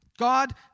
God